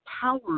power